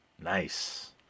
Nice